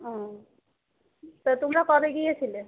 ও তা তোমরা কবে গিয়েছিলে